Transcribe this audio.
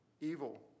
evil